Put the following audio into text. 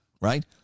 right